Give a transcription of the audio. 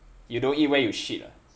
you don't eat where you shit ah